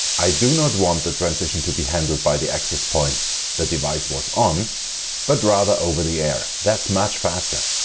i do not want the transition to be handled by the access point the device was on but rather over the air that's much faster.